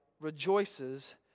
rejoices